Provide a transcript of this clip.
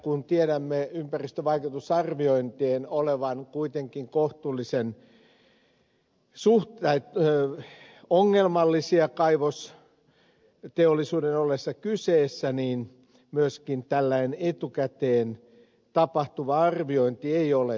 kun tiedämme ympäristövaikutusarviointien olevan kuitenkin suhteellisen ongelmallisia kaivosteollisuuden ollessa kyseessä ei myöskään tällainen etukäteen tapahtuva arviointi ole todellakaan helppoa